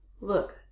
Look